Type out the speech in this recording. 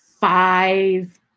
five